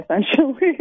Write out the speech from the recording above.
essentially